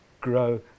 grow